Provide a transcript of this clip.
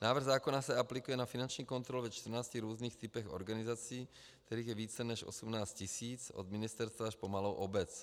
Návrh zákona se aplikuje na finanční kontroly ve čtrnácti různých typech organizací, kterých je více než 18 tisíc, od ministerstva až po malou obec.